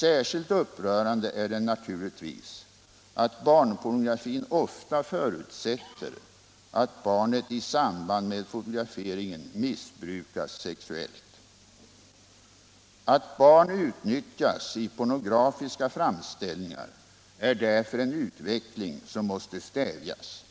Särskilt upprörande är det naturligtvis att barnpornografin ofta förutsätter att barnet i samband med fotograferingen missbrukas sexuellt. Att barn utnyttjas i pornografiska framställningar är därför en utveckling som måste stävjas.